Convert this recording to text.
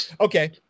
okay